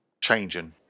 changing